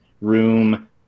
room